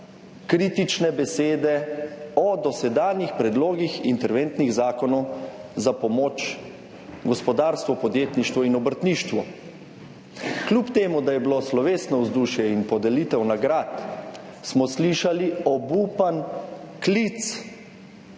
kritične besede o dosedanjih predlogih interventnih zakonov za pomoč gospodarstvu, podjetništvu in obrtništvu. Kljub temu, da je bilo slovesno vzdušje in podelitev nagrad, smo slišali obupan klic